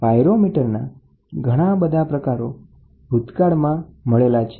પાયરોમીટરના ઘણા બધા પ્રકારો ભૂતકાળમાં મળેલા છે